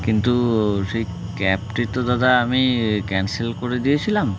কিন্তু সেই ক্যাবটি তো দাদা আমি ক্যান্সেল করে দিয়েছিলাম